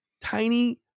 tiny